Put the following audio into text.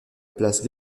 place